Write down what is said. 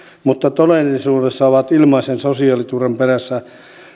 mutta todellisuudessa ovat ilmaisen sosiaaliturvan perässä